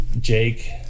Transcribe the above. Jake